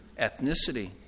ethnicity